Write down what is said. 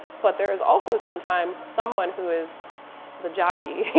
but there is also sometimes someone who is the jockey,